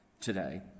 today